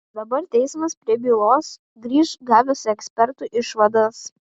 dabar teismas prie bylos grįš gavęs ekspertų išvadas